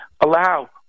allow